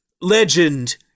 legend